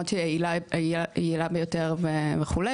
למרות שהיא היעילה ביותר" וכו'?